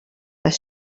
les